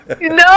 No